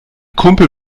kumpel